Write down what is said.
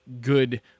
good